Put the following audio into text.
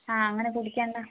ആ അങ്ങനെ കുടിക്കാൻ